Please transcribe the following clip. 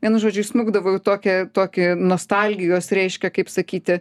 vienu žodžiu įsmukdavau į tokią tokį nostalgijos reiškia kaip sakyti